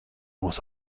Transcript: mūs